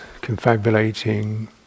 confabulating